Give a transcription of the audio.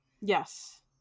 Yes